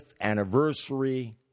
anniversary